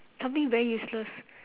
something very useless